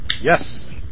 Yes